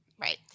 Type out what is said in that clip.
Right